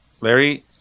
Larry